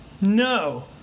No